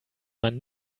man